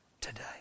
today